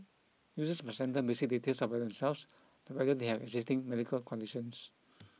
users must enter basic details about themselves whether they have existing medical conditions